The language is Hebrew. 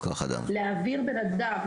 להעביר אדם